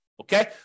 Okay